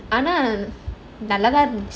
ஆனா நல்லாத்தான் இருந்துச்சு:aanaa nallaathan irunthuchu